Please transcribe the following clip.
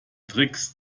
tricks